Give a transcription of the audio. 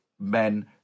Men